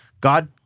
God